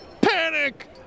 PANIC